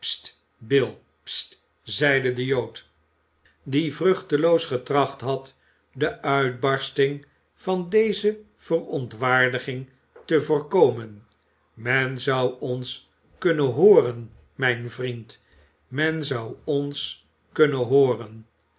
zeide de jood die vruchteloos getracht had de uitbarsting van deze verontwaardiging te voorkomen men zou ons kunnen hooren mijn vriend men zou ons kunnen hooren